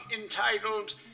entitled